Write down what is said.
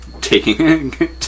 taking